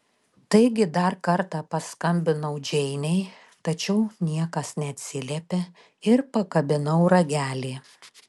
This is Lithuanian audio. taigi dar kartą paskambinau džeinei tačiau niekas neatsiliepė ir pakabinau ragelį